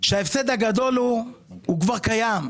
שההפסד הגדול כבר קיים.